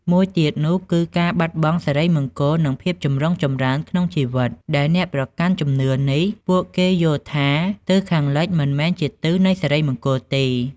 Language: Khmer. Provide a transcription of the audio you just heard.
មួយទៀតនោះគឺការបាត់បង់សិរីមង្គល និងភាពចម្រុងចម្រើនក្នុងជីវិត ដែលអ្នកប្រកាន់ជំនឿនេះ ពួកគេយល់ថាទិសខាងលិចមិនមែនជាទិសនៃសិរីមង្គលទេ។